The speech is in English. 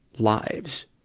lives.